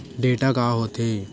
Data का होथे?